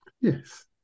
Yes